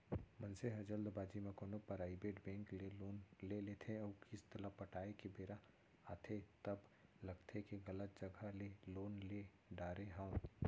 मनसे ह जल्दबाजी म कोनो पराइबेट बेंक ले लोन ले लेथे अउ किस्त ल पटाए के बेरा आथे तब लगथे के गलत जघा ले लोन ले डारे हँव